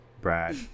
Brad